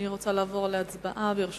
אני רוצה לעבור להצבעה, ברשותכם.